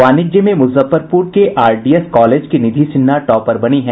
वाणिज्य में मुजफ्फरपुर के आरडीएस कॉलेज की निधि सिन्हा टॉपर बनी हैं